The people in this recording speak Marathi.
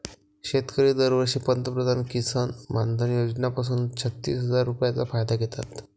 शेतकरी दरवर्षी पंतप्रधान किसन मानधन योजना पासून छत्तीस हजार रुपयांचा फायदा घेतात